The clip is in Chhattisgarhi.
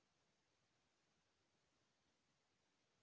मोला बीमा कराये बर का का लगही?